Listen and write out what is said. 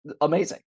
amazing